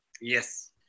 Yes